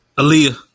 Aaliyah